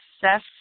Seth